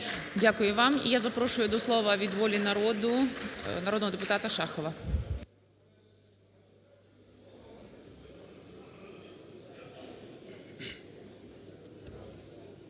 Дякую вам. І я запрошую до слова від "Волі народу" народного депутата Шахова.